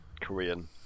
Korean